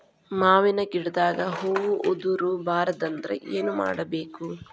ಮಾವಿನ ಗಿಡದಾಗ ಹೂವು ಉದುರು ಬಾರದಂದ್ರ ಏನು ಮಾಡಬೇಕು?